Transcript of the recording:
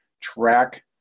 track